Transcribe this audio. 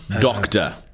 Doctor